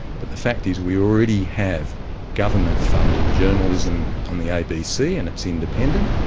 but the fact is we already have government funded journalism on the abc and it is independent,